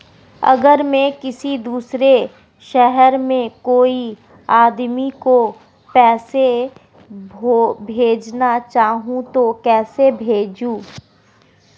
अगर मैं किसी दूसरे शहर में कोई आदमी को पैसे भेजना चाहूँ तो कैसे भेजूँ?